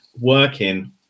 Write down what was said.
working